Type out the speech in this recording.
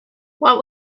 what